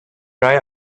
try